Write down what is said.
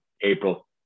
April